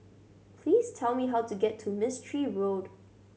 please tell me how to get to Mistri Road